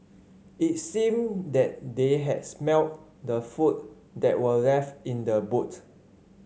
it seemed that they had smelt the food that were left in the boot